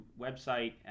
website